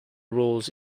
rules